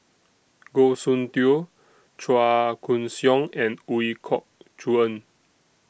Goh Soon Tioe Chua Koon Siong and Ooi Kok Chuen